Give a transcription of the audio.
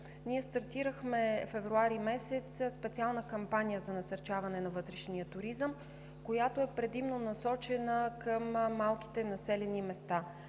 ние стартирахме през месец февруари специална кампания за насърчаване на вътрешния туризъм, която е предимно насочена към малките населени места